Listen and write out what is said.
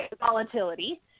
volatility